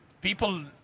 People